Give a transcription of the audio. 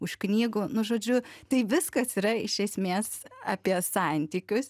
už knygų nu žodžiu tai viskas yra iš esmės apie santykius